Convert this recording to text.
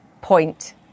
point